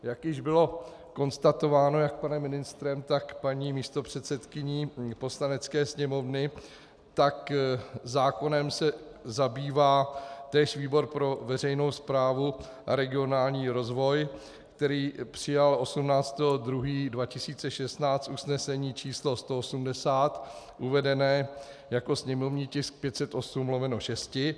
Jak již bylo konstatováno jak panem ministrem, tak paní místopředsedkyní Poslanecké sněmovny, tak se zákonem zabývá též výbor pro veřejnou správu a regionální rozvoj, který přijal 18. 2. 2016 usnesení číslo 180 uvedené jako sněmovní tisk 508/6.